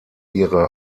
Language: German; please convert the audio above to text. ihre